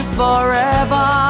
forever